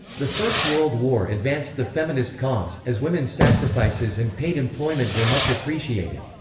the first world war advanced the feminist cause, as women's sacrifices and paid employment were much appreciated.